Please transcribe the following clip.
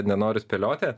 nenoriu spėlioti